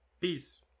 Peace